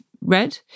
read